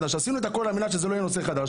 עשינו הכול על מנת שזה לא יהיה נושא חדש.